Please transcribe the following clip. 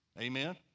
Amen